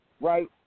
Right